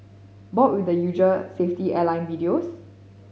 bored with the usual safety airline videos